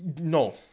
no